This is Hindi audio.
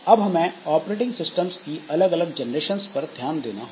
अब हमें ऑपरेटिंग सिस्टम्स की अलग अलग जेनरेशंस पर ध्यान देना होगा